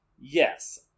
Yes